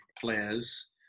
players